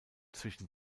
zwischen